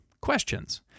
questions